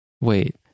Wait